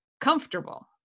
comfortable